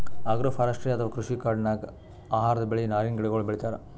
agroforestry ಅಥವಾ ಕೃಷಿ ಕಾಡಿನಾಗ್ ಆಹಾರದ್ ಬೆಳಿ, ನಾರಿನ್ ಗಿಡಗೋಳು ಬೆಳಿತಾರ್